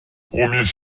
premier